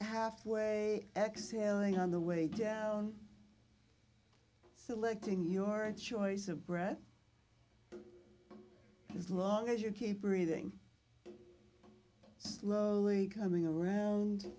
halfway exhaling on the way down selecting your choice of breath as long as you keep breathing slowly coming around